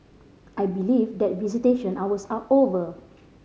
I believe that visitation hours are over